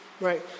right